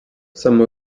some